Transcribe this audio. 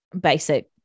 basic